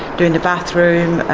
doing the bathroom,